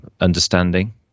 understanding